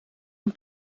een